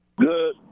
Good